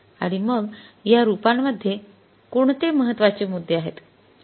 आणि मग या रूपांमध्ये कोणते महत्त्वाचे मुद्दे आहेत